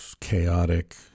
chaotic